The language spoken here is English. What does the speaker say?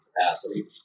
capacity